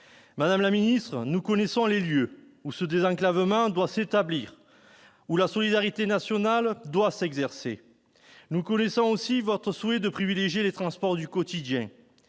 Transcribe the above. Madame la ministre, nous connaissons les lieux à désenclaver, pour lesquels la solidarité nationale doit s'exercer. Nous connaissons aussi votre souhait de privilégier les transports du quotidien.